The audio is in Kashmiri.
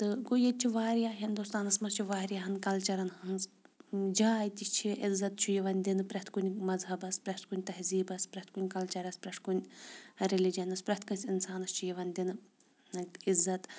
تہٕ گوٚو ییٚتہِ چھِ واریاہ ہِندُستانَس منٛز چھِ وایاہَن کَلچَرَن ہٕنٛز جاے تہِ چھِ عزت چھُ یِوان دِنہٕ پرٛٮ۪تھ کُنہِ مذہَبَس پرٛٮ۪تھ کُنہِ تہذیٖبَس پرٛٮ۪تھ کُنہِ کَلچَرَس پرٛٮ۪تھ کُنہِ رِلِجَنَس پرٛٮ۪تھ کٲنٛسہِ اِنسانَس چھِ یِوان دِنہٕ عزت